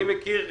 אני מכיר,